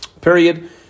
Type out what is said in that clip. Period